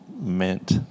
meant